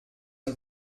are